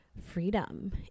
freedom